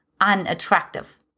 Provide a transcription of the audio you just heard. unattractive